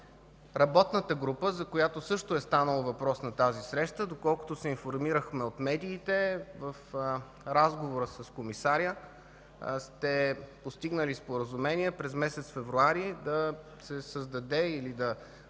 работната група, за която също е станало въпрос на тази среща. Доколкото се информирахме от медиите, в разговора с комисаря сте постигнали споразумение през месец февруари да се създаде или да